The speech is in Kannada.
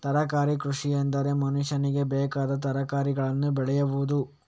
ತರಕಾರಿ ಕೃಷಿಎಂದರೆ ಮನುಷ್ಯನಿಗೆ ಬೇಕಾದ ತರಕಾರಿಗಳನ್ನು ಬೆಳೆಯುವುದು